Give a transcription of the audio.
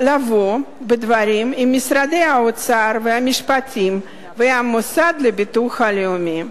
לבוא בדברים עם משרדי האוצר והמשפטים והמוסד לביטוח לאומי.